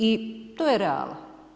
I to je reala.